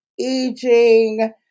aging